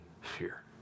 fear